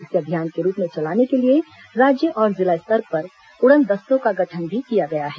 इसे अभियान के रूप में चलाने के लिए राज्य और जिला स्तर पर उड़नदस्तों का गठन भी किया है